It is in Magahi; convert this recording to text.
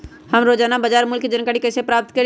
हम रोजाना बाजार मूल्य के जानकारी कईसे पता करी?